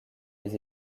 les